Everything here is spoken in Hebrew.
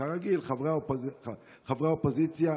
כרגיל, חברי האופוזיציה.